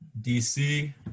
DC